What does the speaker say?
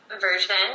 version